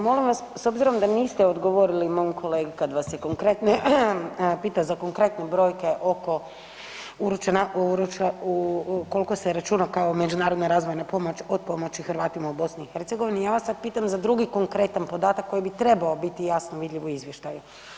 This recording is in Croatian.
Molim vas s obzirom da niste odgovorili mom kolegi kad vas je konkretno, pitao za konkretne broje oko koliko se računa kao međunarodna razvojna pomoć od pomoći Hrvatima u BiH ja vas sad pitam za drugi konkretan podatak koji bi trebao biti jasno vidljiv u izvještaju.